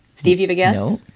steve, you forget who